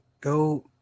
go